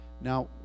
Now